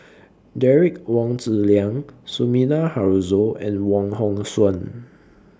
Derek Wong Zi Liang Sumida Haruzo and Wong Hong Suen